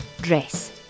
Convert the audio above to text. dress